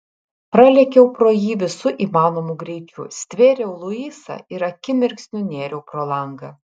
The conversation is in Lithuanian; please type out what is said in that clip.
pralėkiau pro jį visu įmanomu greičiu stvėriau luisą ir akimirksniu nėriau pro langą